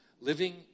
living